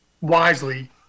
wisely